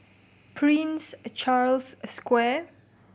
Prince Charles Square